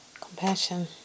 compassion